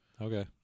Okay